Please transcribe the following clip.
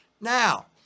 now